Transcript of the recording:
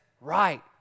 right